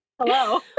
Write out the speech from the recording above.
Hello